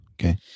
Okay